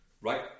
right